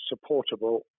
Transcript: supportable